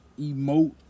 emote